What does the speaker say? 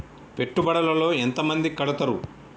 పెట్టుబడుల లో ఎంత మంది కడుతరు?